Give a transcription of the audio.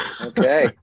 Okay